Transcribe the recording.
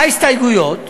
מה ההסתייגויות?